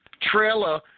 trailer